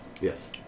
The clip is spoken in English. Yes